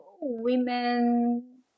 women